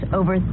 over